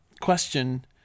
question